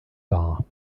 dar